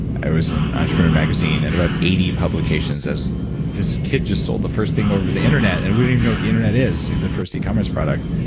i was in entrepreneur magazine and about eighty publications as this kid just sold the first thing over the internet, and we don't even know what the internet is, the first e-commerce product.